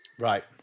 Right